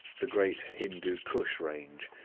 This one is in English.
the great hindoo koosh range,